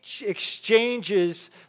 exchanges